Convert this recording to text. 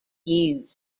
used